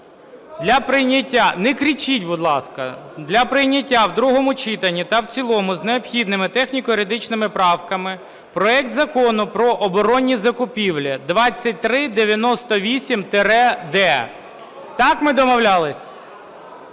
для прийняття… (не кричіть, будь ласка), для прийняття в другому читанні та в цілому з необхідними техніко-юридичними правками проект Закону про оборонні закупівлі (2398-д). Так ми домовлялись?